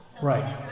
Right